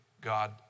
God